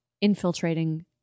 infiltrating